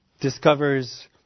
discovers